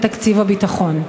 בתקציב הביטחון.